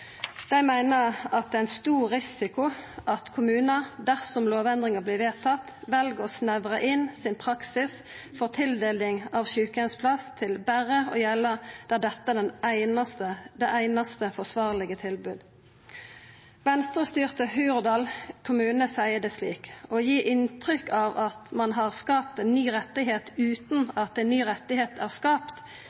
at enkelte kommuner – dersom lovendringen blir vedtatt – velger å snevre inn dagens praksis ved tildeling av sykehjemsplasser til bare å omfatte tilfeller der dette er «det eneste tilbudet som kan sikre […] nødvendige og forsvarlige tjenester.»» Venstre-styrte Hurdal kommune seier det slik: «Å gi inntrykk av at man har skapt en ny rettighet uten at en ny rettighet er skapt,